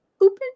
open